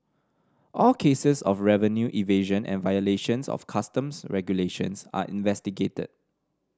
all cases of revenue evasion and violations of Customs regulations are investigated